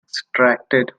extracted